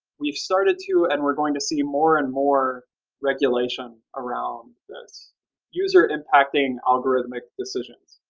we've started to, and we're going to see more and more regulation around this user impacting algorithmic decisions.